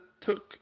took